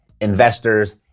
investors